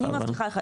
אני מבטיחה לך,